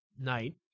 knight